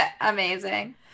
Amazing